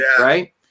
right